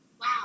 wow